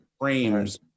frames